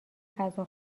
غذا